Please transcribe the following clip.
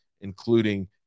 including